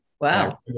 wow